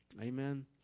Amen